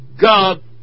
God